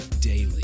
daily